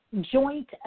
Joint